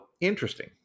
interesting